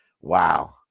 Wow